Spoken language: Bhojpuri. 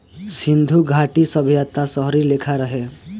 सिन्धु घाटी सभ्यता शहरी लेखा रहे